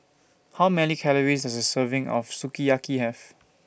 How Many Calories Does A Serving of Sukiyaki Have